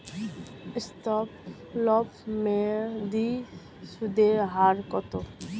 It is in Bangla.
স্বল্পমেয়াদী সুদের হার কত?